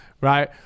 right